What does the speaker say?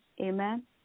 Amen